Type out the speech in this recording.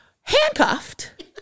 Handcuffed